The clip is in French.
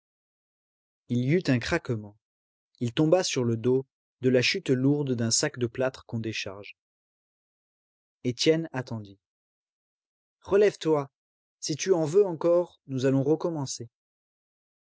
il y eut un craquement il tomba sur le dos de la chute lourde d'un sac de plâtre qu'on décharge étienne attendit relève-toi si tu en veux encore nous allons recommencer